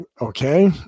okay